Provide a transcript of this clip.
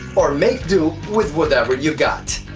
or made do with with ah what you got.